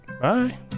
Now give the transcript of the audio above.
bye